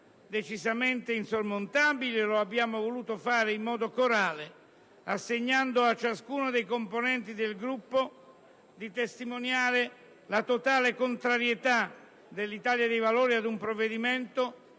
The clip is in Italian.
decisamente insormontabili, e lo abbiamo voluto fare in modo corale assegnando a ciascuno dei componenti del Gruppo di testimoniare la totale contrarietà dell'Italia dei Valori a un provvedimento